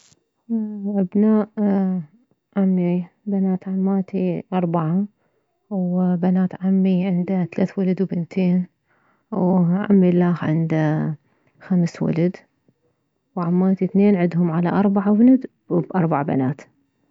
ابناء عمي بنات عماتي اربعة وبنات عمي عنده تلث ولد وبنتين وعمي الاخ عنده خمس ولد وعماتي اثنين عدهم على اربع ولد باربع بنات